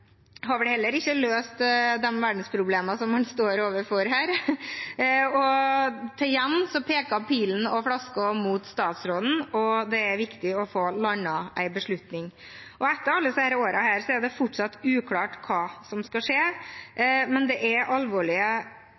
har vel heller ikke løst de verdensproblemene som man står overfor her. Igjen peker pila og flaska mot statsråden, og det er viktig å få landet en beslutning. Etter alle disse årene er det fortsatt uklart hva som skal skje, og det er